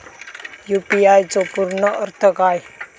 UPI चो पूर्ण अर्थ काय?